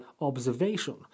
observation